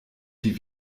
die